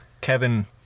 Kevin